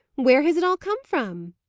where has it all come from?